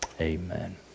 Amen